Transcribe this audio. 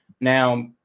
Now